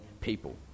people